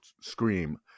scream